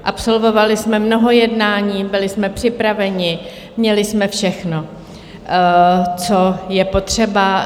Absolvovali jsme mnoho jednání, byli jsme připraveni, měli jsme všechno, co je potřeba.